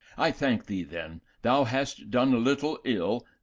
i thank thee then thou hast done little ill,